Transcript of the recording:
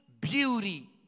beauty